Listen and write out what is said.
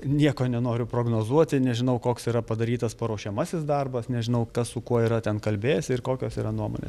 nieko nenoriu prognozuoti nežinau koks yra padarytas paruošiamasis darbas nežinau kas su kuo yra ten kalbėjęsi ir kokios yra nuomonė